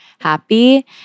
happy